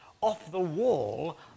off-the-wall